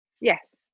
yes